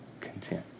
content